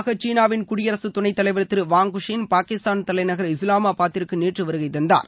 மூன்று நாள் பயணமாக சீனாவின் குடியரக துணைத்தலைவர் திரு வாங்குஷின் பாகிஸ்தான் தலைநகர் இஸ்லாமாபாத்திற்கு நேற்று வருகை தந்தார்